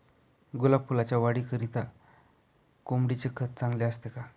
गुलाब फुलाच्या वाढीकरिता कोंबडीचे खत चांगले असते का?